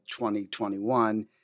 2021